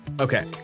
Okay